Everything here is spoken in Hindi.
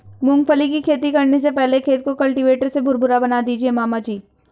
मूंगफली की खेती करने से पहले खेत को कल्टीवेटर से भुरभुरा बना दीजिए मामा जी